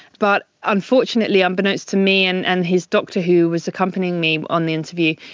but unfortunately, unbeknownst to me and and his doctor, who was accompanying me on the interview,